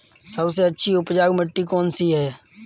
सबसे अच्छी उपजाऊ मिट्टी कौन सी है?